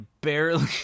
barely